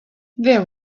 there